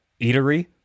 eatery